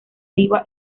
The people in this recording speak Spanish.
diva